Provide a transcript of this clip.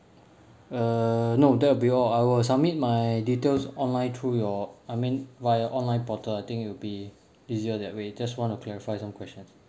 err no that would be all I will submit my details online through your I mean via online portal I think it will be easier that way just want to clarify some questions